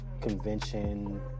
convention